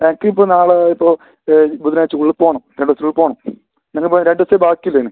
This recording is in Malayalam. എനിക്ക് ഇപ്പോൾ നാളെ ഇപ്പോൾ ബുധനാഴ്ചക്കുള്ളിൽ പോകണം രണ്ട് ദൂസത്തിനുള്ളിൽ പോകണം ഇങ്ങനെ പോയ രണ്ട് ദൂസവെ ബാക്കിയുള്ളു ഇതിന്